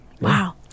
Wow